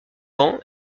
ans